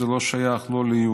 זה לא שייך לא ליהודי,